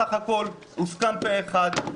בסך הכול זה הוסכם פה אחד,